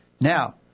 Now